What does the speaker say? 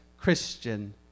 Christian